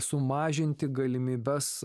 sumažinti galimybes